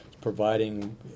providing